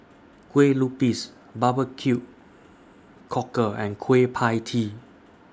Kueh Lupis Barbecue Cockle and Kueh PIE Tee